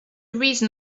reason